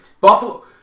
Buffalo